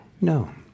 No